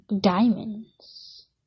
diamonds